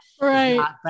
Right